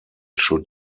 should